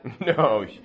No